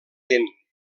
vent